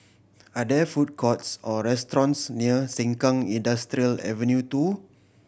are there food courts or restaurants near Sengkang Industrial Avenue Two